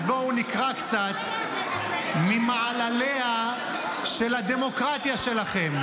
אז בואו נקרא קצת ממעלליה של הדמוקרטיה שלכם,